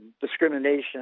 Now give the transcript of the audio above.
discrimination